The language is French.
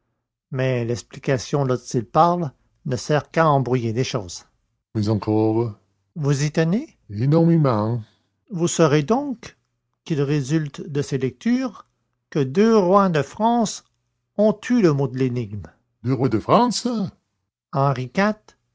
mais l'explication dont il parle ne sert qu'à embrouiller les choses mais encore vous y tenez énormément vous saurez donc qu'il résulte de ses lectures que deux rois de france ont eu le mot de l'énigme deux rois de france henri